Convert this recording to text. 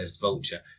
Vulture